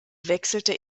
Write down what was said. wechselte